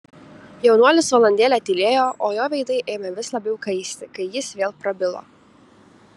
jaunuolis valandėlę tylėjo o jo veidai ėmė vis labiau kaisti kai jis vėl prabilo